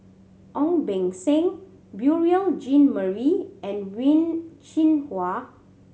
Ong Beng Seng Beurel Jean Marie and Wen Jinhua